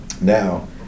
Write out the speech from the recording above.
now